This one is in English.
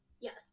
Yes